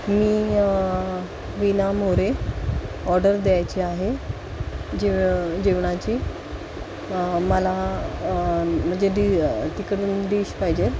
मी Veena More order द्यायची आहे जेव जेवणाची मला म्हणजे डी तिकडून डिश पाहिजे